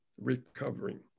recovering